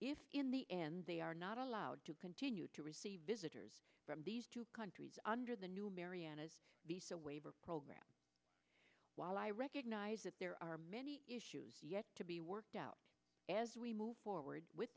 if in the end they are not allowed to continue to receive visitors from these two countries under the new mariana's a waiver program while i recognize that there are many issues yet to be worked out as we move forward with